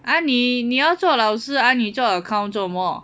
啊你你要做老师啊你做 account 做什么